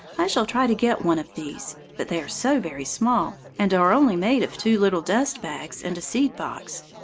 i shall try to get one of these, but they are so very small, and are only made of two little dust-bags and a seed-box.